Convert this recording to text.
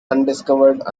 undiscovered